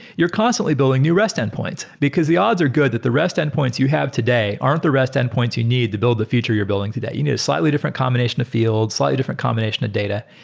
you're constantly building new rest endpoints, because the odds are good that the rest endpoints you have today aren't the rest endpoints you need to build the future you're building today. you need a slightly different combination of fields, slightly different combination of data.